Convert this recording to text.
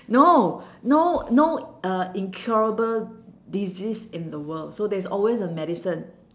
no no no uh incurable disease in the world so there's always a medicine